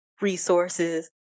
resources